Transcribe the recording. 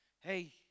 hey